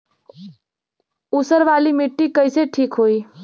ऊसर वाली मिट्टी कईसे ठीक होई?